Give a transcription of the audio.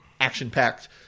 action-packed